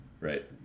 Right